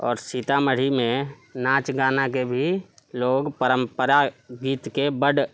आओर सीतामढ़ीमे नाँच गानाके भी लोग परम्परा गीतके बड